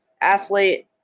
athlete